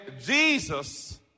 Jesus